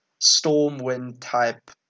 stormwind-type